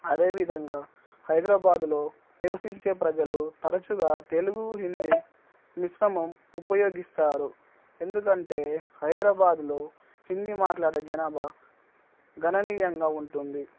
అదేవిధంగా హైదరాబాదులో నివసించే ప్రజలు తరచుగా తెలుగు హిందీ మిశ్రమం ఉపయోగిస్తారు ఎందుకంటే హైదరాబాదులో హిందీ మాట్లాడే జనాభా గణనీయంగా ఉంటుంది